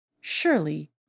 Surely